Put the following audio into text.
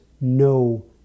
no